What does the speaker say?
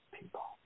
people